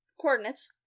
coordinates